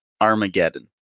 Armageddon